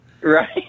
Right